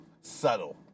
Subtle